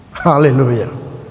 hallelujah